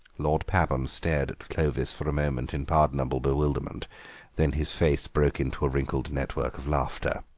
lord pabham stared at clovis for a moment in pardonable bewilderment then his face broke into a wrinkled network of laughter.